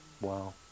Wow